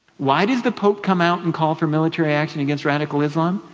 why does the pope come out and call for military action against radical islam?